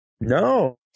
No